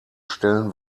stellen